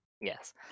Yes